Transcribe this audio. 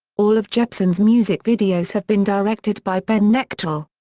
all of jepsen's music videos have been directed by ben knechtel.